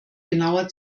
genauer